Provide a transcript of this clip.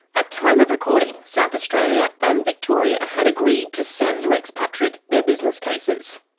at time of recording, south australia and victoria had agreed to send rex patrick their business cases.